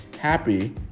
happy